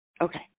Okay